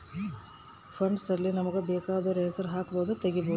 funds ಅಲ್ಲಿ ನಮಗ ಬೆಕಾದೊರ್ ಹೆಸರು ಹಕ್ಬೊದು ತೆಗಿಬೊದು